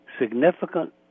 significant